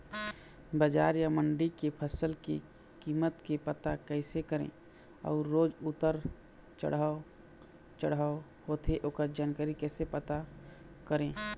बजार या मंडी के फसल के कीमत के पता कैसे करें अऊ रोज उतर चढ़व चढ़व होथे ओकर जानकारी कैसे पता करें?